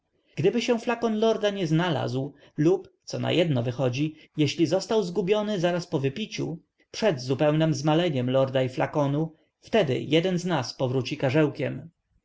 gdyby się flakonik lorda nie znalazł lub co na jedno wychodzi jeśli został zgubiony zaraz po wypiciu przed zupełnem zmaleniem lorda i flakonu wtedy jeden z nas powróci karzełkiem